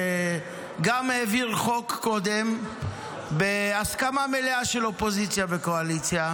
שגם העביר קודם חוק בהסכמה מלאה של אופוזיציה וקואליציה,